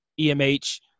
EMH